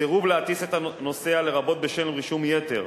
סירוב להטיס את הנוסע, לרבות בשל רישום יתר,